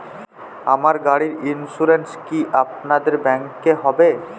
আমার গাড়ির ইন্সুরেন্স কি আপনাদের ব্যাংক এ হবে?